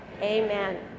Amen